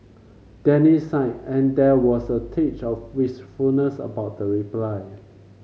Danny sighed and there was a teach of wistfulness about the reply